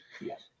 Yes